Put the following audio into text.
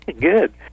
Good